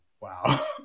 wow